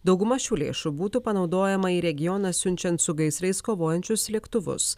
dauguma šių lėšų būtų panaudojama į regioną siunčiant su gaisrais kovojančius lėktuvus